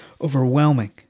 overwhelming